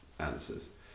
answers